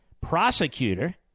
prosecutor